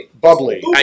Bubbly